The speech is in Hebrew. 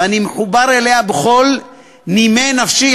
ואני מחובר אליה בכל נימי נפשי,